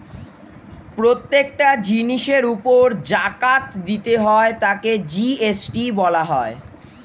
প্রত্যেকটা জিনিসের উপর জাকাত দিতে হয় তাকে জি.এস.টি বলা হয়